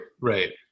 right